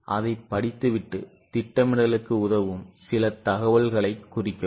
எனவே அதைப் படித்துவிட்டு திட்டமிடலுக்கு உதவும் சில தகவல்களைக் குறிக்கவும்